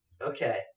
Okay